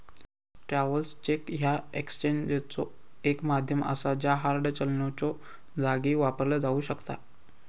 travellers cheque ह्या एक्सचेंजचो एक माध्यम असा ज्या हार्ड चलनाच्यो जागी वापरला जाऊ शकता